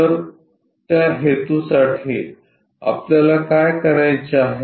तर त्या हेतूसाठी आपल्याला काय करायचे आहे